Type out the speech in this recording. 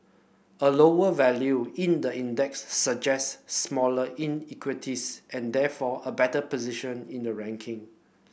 a lower value in the index suggests smaller inequalities and therefore a better position in the ranking